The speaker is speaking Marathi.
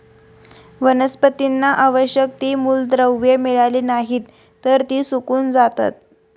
वनस्पतींना आवश्यक ती मूलद्रव्ये मिळाली नाहीत, तर ती सुकून जातात